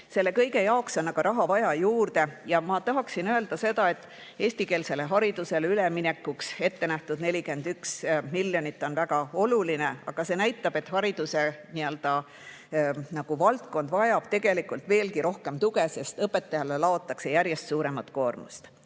Selle kõige jaoks on vaja raha juurde. Ma tahaksin öelda seda, et eestikeelsele haridusele üleminekuks ette nähtud 41 miljonit on väga oluline, aga see näitab, et haridusvaldkond vajab tegelikult veelgi rohkem tuge, sest õpetajale laotakse järjest suuremat koormust.